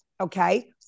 okay